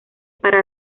para